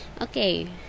okay